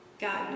God